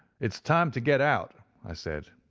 it's time to get out i said.